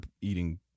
eating